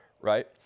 right